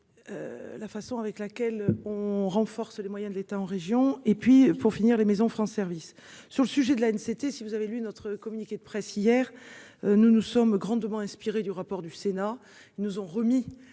La façon avec laquelle on renforce les moyens de l'État en région. Et puis pour finir les maisons France service sur le sujet de la haine. C'était si vous avez lu notre communiqué de presse hier. Nous nous sommes grandement inspiré du rapport du Sénat. Ils nous ont remis.